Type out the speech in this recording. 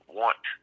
want